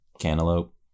cantaloupe